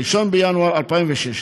1 בינואר 2016,